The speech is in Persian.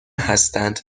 هستند